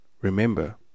Remember